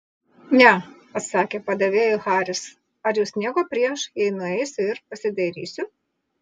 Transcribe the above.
ne atsakė padavėjui haris ar jūs nieko prieš jei nueisiu ir pasidairysiu